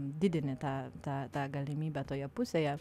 didini tą tą tą galimybę toje pusėje